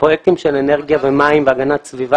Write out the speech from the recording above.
הפרויקטים של אנרגיה ומים והגנת הסביבה,